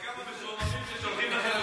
אלה כמה משועממים ששולחים לכם הודעות.